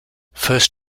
first